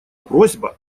просьба